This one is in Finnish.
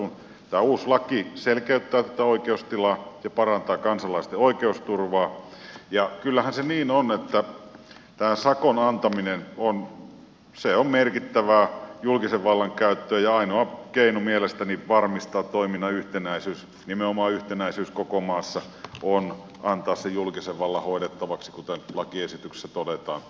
tämä uusi laki selkeyttää tätä oikeustilaa ja parantaa kansalaisten oikeusturvaa ja kyllähän se niin on että tämä sakon antaminen on merkittävää julkisen vallan käyttöä ja ainoa keino mielestäni varmistaa toiminnan yhtenäisyys nimenomaan yhtenäisyys koko maassa on antaa se julkisen vallan hoidettavaksi kuten lakiesityksessä todetaan